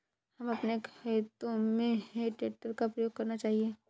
हमें अपने खेतों में हे टेडर का प्रयोग करना चाहिए